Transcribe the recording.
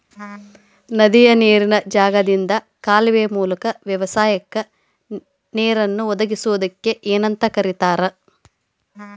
ನದಿಯ ನೇರಿನ ಜಾಗದಿಂದ ಕಾಲುವೆಯ ಮೂಲಕ ವ್ಯವಸಾಯಕ್ಕ ನೇರನ್ನು ಒದಗಿಸುವುದಕ್ಕ ಏನಂತ ಕರಿತಾರೇ?